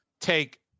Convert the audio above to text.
take